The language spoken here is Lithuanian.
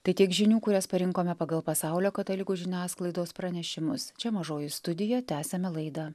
tai tiek žinių kurias parinkome pagal pasaulio katalikų žiniasklaidos pranešimus čia mažoji studija tęsiame laidą